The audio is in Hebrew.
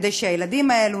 כדי שהילדים האלה,